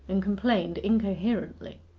and complained incoherently.